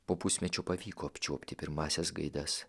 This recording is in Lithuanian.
po pusmečio pavyko apčiuopti pirmąsias gaidas